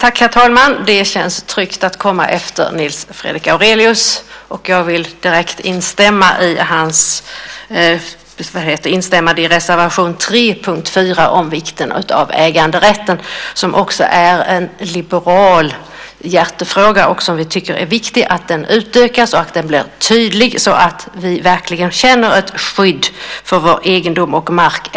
Herr talman! Det känns tryggt att komma efter Nils Fredrik Aurelius, och jag vill direkt instämma i reservation 3 under punkt 4 om vikten av äganderätten. Det är också en liberal hjärtefråga. Vi tycker att det är viktigt att den utökas och att den blir tydlig så att vi verkligen känner ett skydd för vår egendom och mark.